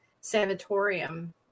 Sanatorium